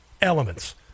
elements